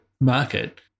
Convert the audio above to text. market